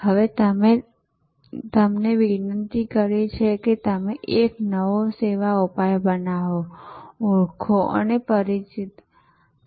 હવે મેં તમને વિનંતી કરી છે કે તમે એક નવો સેવા ઉપાય બનાવો ઓળખો અથવા તમે પરિચિત હો